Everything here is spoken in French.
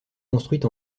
construite